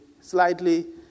slightly